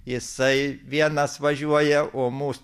jisai vienas važiuoja o mūs